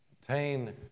Obtain